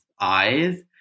eyes